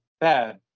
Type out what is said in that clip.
bad